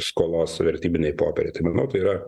skolos vertybiniai popieriai tai manau tai yra